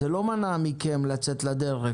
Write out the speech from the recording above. זה לא מנע מכם לצאת לדרך,